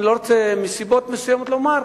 אני לא רוצה מסיבות מסוימות לומר,